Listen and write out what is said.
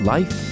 Life